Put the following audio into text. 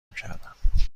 میکردم